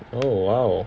oh !wow!